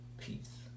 peace